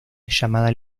llamada